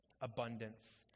abundance